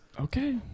okay